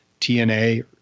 TNA